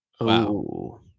Wow